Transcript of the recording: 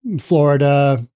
Florida